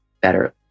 better